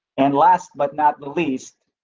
and last, but not least.